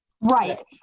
Right